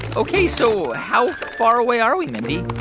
ok, so how far away are we, mindy?